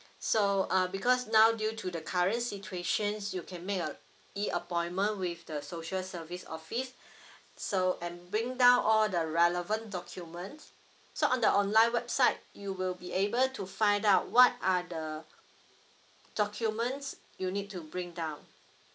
so uh because now due to the current situations you can make a E appointment with the social service office so and bring down all the relevant documents so on the online website you will be able to find out what are the documents you need to bring down